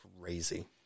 crazy